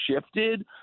shifted